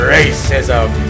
Racism